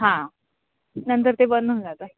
हां नंतर ते बंद होऊन जातं